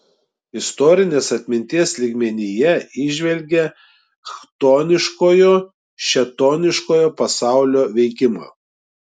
istorinės atminties lygmenyje įžvelgė chtoniškojo šėtoniškojo pasaulio veikimą